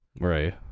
Right